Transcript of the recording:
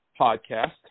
podcast